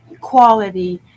quality